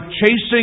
chasing